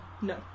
No